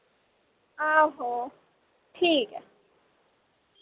आहो ठीक ऐ